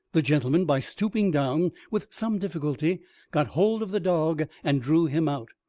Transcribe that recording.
the gentleman, by stooping down, with some difficulty got hold of the dog and drew him out,